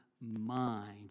mind